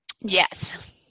Yes